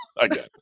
again